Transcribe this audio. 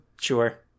Sure